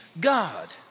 God